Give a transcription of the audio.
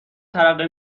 ترقه